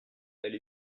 elle